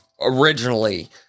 originally